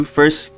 first